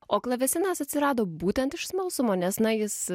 o klavesinas atsirado būtent iš smalsumo nes na jis